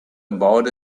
about